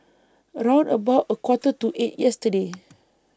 round about A Quarter to eight yesterday